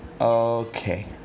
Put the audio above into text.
Okay